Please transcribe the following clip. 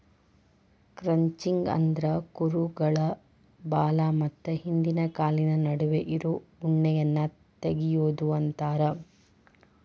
crutching ಅಂದ್ರ ಕುರುಗಳ ಬಾಲ ಮತ್ತ ಹಿಂದಿನ ಕಾಲಿನ ನಡುವೆ ಇರೋ ಉಣ್ಣೆಯನ್ನ ತಗಿಯೋದು ಅಂತಾರ